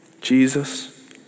Jesus